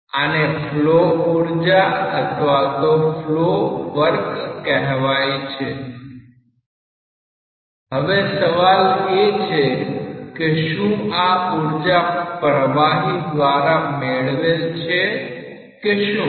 આ ને ફ્લો ઊર્જા અથવા ફ્લો વર્ક કહેવાય છે હવે સવાલ એ છે કે શું આ ઉર્જા પ્રવાહી દ્વારા મેળવેલ છે કે શું